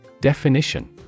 Definition